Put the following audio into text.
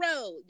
Road